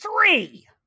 three